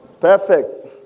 Perfect